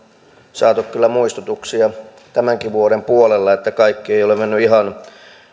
saatu kyllä muistutuksia tämänkin vuoden puolella että kaikki ei ole mennyt ihan